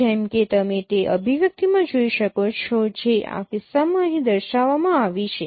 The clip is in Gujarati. જેમ કે તમે તે અભિવ્યક્તિ માં જોઈ શકો છો જે આ કિસ્સામાં અહીં દર્શાવવામાં આવી છે